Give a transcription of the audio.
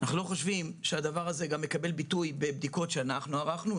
אנחנו לא חושבים שהדבר הזה גם מקבל ביטוי בבדיקות שאנחנו ערכנו.